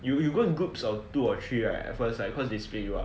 you you go in groups of two or three right at first like cause they split you up